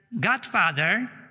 Godfather